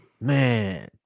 Man